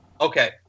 Okay